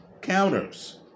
counters